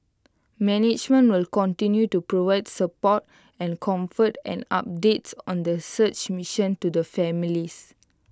management will continue to provide support and comfort and updates on the search mission to the families